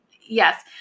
yes